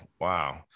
Wow